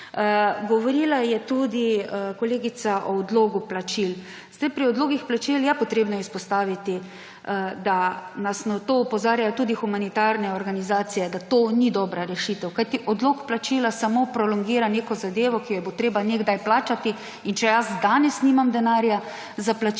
Govorila je tudi kolegica o odlogu plačil. Pri odlogih plačil je treba izpostaviti in na to nas opozarjajo tudi humanitarne organizacije, da to ni dobra rešitev. Kajti odlog plačila samo prolongira neko zadevo, ki jo bo treba nekdaj plačati. In če jaz danes nimam denarja za plačilo,